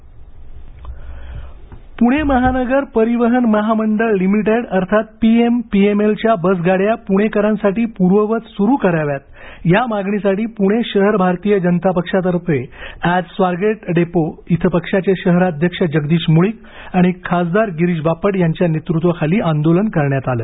PMPML Pune Mahanagar Parivahan Mahamandal limited अर्थात पीएमपीएमएलच्या bus गाड्या पुणेकरांसाठी पूर्ववत सुरू कराव्यात या मागणीसाठी पुणे शहर भारतीय जनता पक्षातर्फे आज स्वारगेट डेपो इथं पक्षाचे शहराध्यक्ष जगदीश मुळीक आणि खासदार गिरीश बापट यांच्या नेतृत्वाखाली आंदोलन करण्यात आलं